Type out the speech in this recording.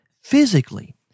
physically